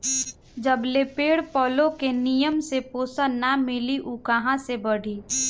जबले पेड़ पलो के निमन से पोषण ना मिली उ कहां से बढ़ी